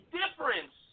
difference